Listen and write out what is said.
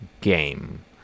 game